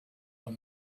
were